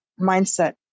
mindset